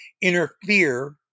interfere